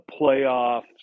playoffs